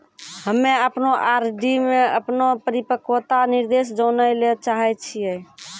हम्मे अपनो आर.डी मे अपनो परिपक्वता निर्देश जानै ले चाहै छियै